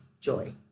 joy